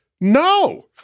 no